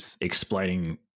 explaining